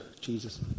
Jesus